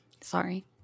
Sorry